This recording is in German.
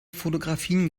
fotografien